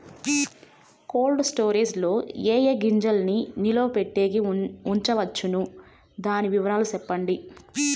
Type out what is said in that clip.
Cold storage లో ఏ ఏ గింజల్ని నిలువ పెట్టేకి ఉంచవచ్చును? దాని వివరాలు సెప్పండి?